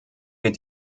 wir